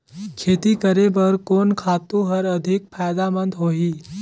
खेती करे बर कोन खातु हर अधिक फायदामंद होही?